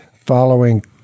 following